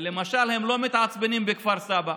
ולמשל הם לא מתעצבנים בכפר סבא,